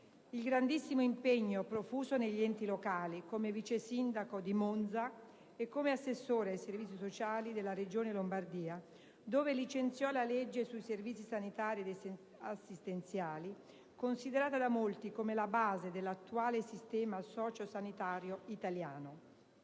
il grandissimo impegno profuso negli enti locali, come vice sindaco di Monza e come assessore ai servizi sociali della Regione Lombardia, dove licenziò la legge sui servizi sanitari ed assistenziali, considerata da molti come la base dell'attuale sistema socio-sanitario italiano;